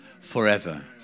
forever